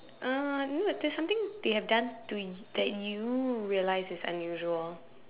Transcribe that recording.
uh no there's something they have done to y~ that you realize is unusual